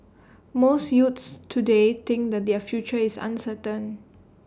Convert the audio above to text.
most youths today think that their future is uncertain